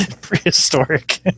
prehistoric